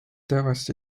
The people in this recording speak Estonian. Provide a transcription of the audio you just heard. teatavasti